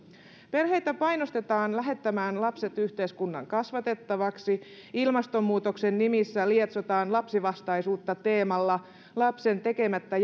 perheitä painostetaan lähettämään lapset yhteiskunnan kasvatettaviksi ilmastonmuutoksen nimissä lietsotaan lapsivastaisuutta teemalla lapsen tekemättä